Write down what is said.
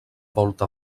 volta